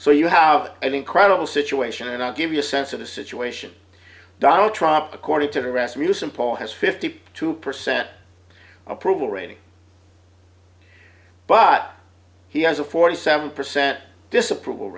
so you have an incredible situation and i'll give you a sense of the situation donald trump according to the rest of you some poll has fifty two percent approval rating but he has a forty seven percent disapproval